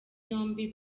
yombi